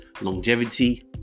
longevity